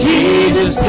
Jesus